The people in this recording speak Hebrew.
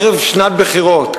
ערב שנת בחירות,